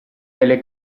delle